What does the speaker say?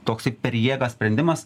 toksai per jėgą sprendimas